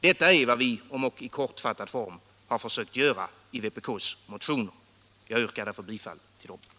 Detta är vad vi, om ock i kortfattad form, försökt göra i vpk:s motioner. Jag yrkar därför bifall till de av vpk väckta motionerna nr 10, 1892, 2141 och 2157.